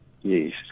Yes